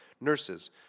nurses